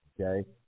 Okay